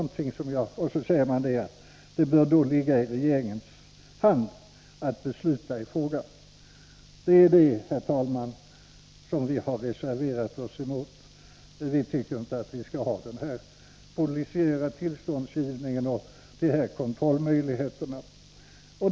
Och sedan tillägger man: ”Det bör då ligga i regeringens hand att besluta i frågan.” Det är detta, herr talman, som vi har reserverat oss mot. Vi tycker inte att man skall ha den här polisiära tillståndsgivningen och de här kontrollmöjligheterna.